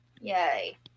Yay